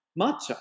matcha